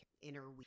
inner